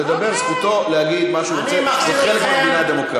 למה לא?